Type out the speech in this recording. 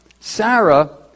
Sarah